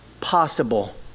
possible